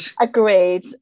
Agreed